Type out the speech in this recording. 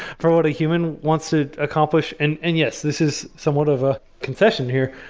for all the human wants to accomplish. and and yes, this is somewhat of a confession here.